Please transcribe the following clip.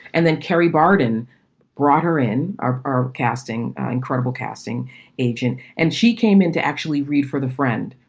and then kerry baaden brought her in. are are casting incredible casting agent. and she came in to actually read for the friend.